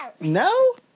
No